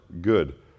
good